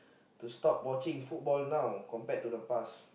to stop watching football now compared to the past